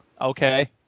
Okay